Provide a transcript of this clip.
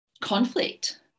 conflict